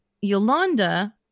yolanda